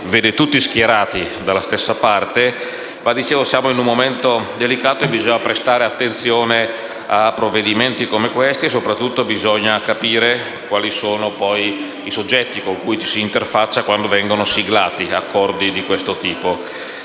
vede tutti schierati dalla stessa parte ma, poiché siamo in un momento delicato, bisogna prestare attenzione a provvedimenti come questo e soprattutto bisogna capire quali sono i soggetti con cui ci si interfaccia, quando vengono siglati accordi di questo tipo.